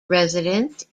residence